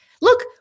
Look